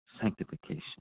sanctification